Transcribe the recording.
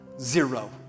Zero